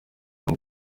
tom